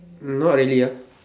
um no really ah